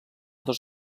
dos